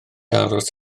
aros